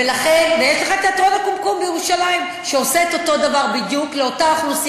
לנושא הבא על סדר-היום: שאילתות לשרת התרבות והספורט.